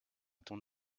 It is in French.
ton